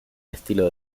estilo